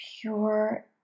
pure